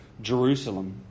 Jerusalem